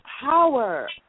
power